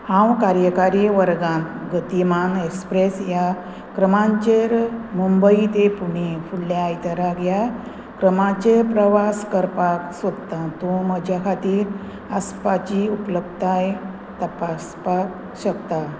हांव कार्यकारी वर्गांत गतीमान एक्सप्रेस ह्या क्रमांचेर मुंबय ते पुणे फुडल्या आयताराक ह्या क्रमांचेर प्रवास करपाक सोदतां तूं म्हज्या खातीर आसपाची उपलब्धाय तपासपाक शकता